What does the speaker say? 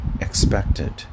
expected